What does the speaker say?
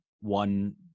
one